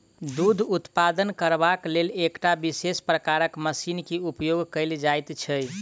दूध उत्पादन करबाक लेल एकटा विशेष प्रकारक मशीन के उपयोग कयल जाइत छै